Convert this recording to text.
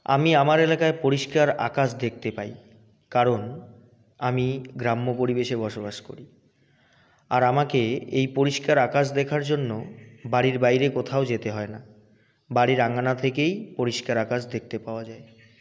আমি আমার এলাকায় পরিষ্কার আকাশ দেখতে পাই কারণ আমি গ্রাম্য পরিবেশে বসবাস করি আর আমাকে এই পরিষ্কার আকাশ দেখার জন্য বাড়ির বাইরে কোথাও যেতে হয় না বাড়ির আঙ্গিনা থেকেই পরিষ্কার আকাশ দেখতে পাওয়া যায়